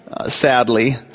sadly